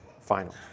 final